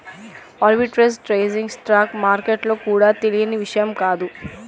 arbitrage trading stock మార్కెట్లలో కూడా తెలియని విషయం కాదు